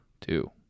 Two